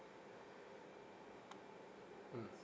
mm